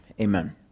Amen